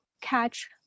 catch